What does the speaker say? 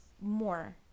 more